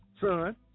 son